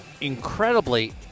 incredibly